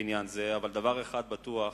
בעניין זה, אבל דבר אחד בטוח,